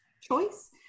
choice